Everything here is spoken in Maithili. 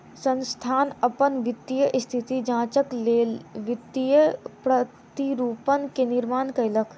संस्थान अपन वित्तीय स्थिति जांचक लेल वित्तीय प्रतिरूपण के निर्माण कयलक